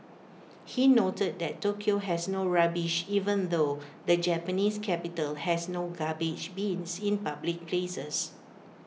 he noted that Tokyo has no rubbish even though the Japanese capital has no garbage bins in public places